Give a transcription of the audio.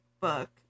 book